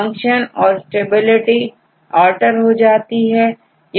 function और stability alter हो जाती है